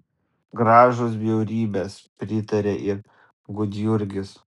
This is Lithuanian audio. gražūs bjaurybės pritarė ir gudjurgis